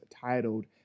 titled